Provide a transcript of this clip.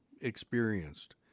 experienced